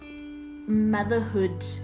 motherhood